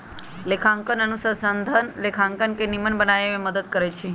लेखांकन अनुसंधान लेखांकन के निम्मन बनाबे में मदद करइ छै